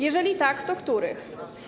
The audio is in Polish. Jeżeli tak, to których?